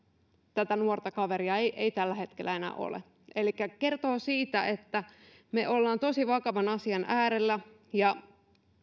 tätä nuorta kaveria ei ei tällä hetkellä enää ole elikkä tämä kertoo siitä että me olemme tosi vakavan asian äärellä ja